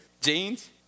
jeans